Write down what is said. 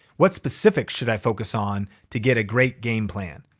what specific should i focus on to get a great game plan?